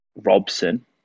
Robson